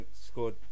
scored